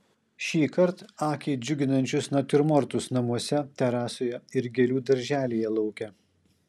šįkart akį džiuginančius natiurmortus namuose terasoje ir gėlių darželyje lauke